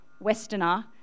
westerner